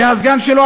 הסגן שלו,